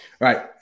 Right